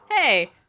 hey